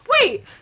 Wait